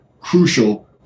crucial